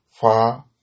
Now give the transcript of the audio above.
far